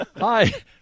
Hi